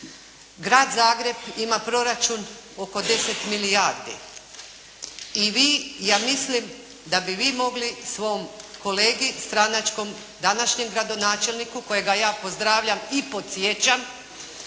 Grad Zagreb ima proračun oko 10 milijardi i vi, ja mislim da bi vi mogli svom kolegi stranačkom, današnjem gradonačelniku kojega ja pozdravljam i podsjećam